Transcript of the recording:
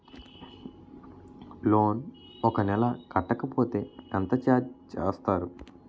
Loan ఒక నెల కట్టకపోతే ఎంత ఛార్జ్ చేస్తారు?